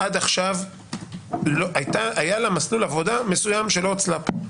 עד עכשיו היה לה מסלול עבודה מסוים של הוצל"פ,